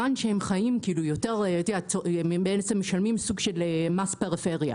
משלמים מעין מס פריפריה.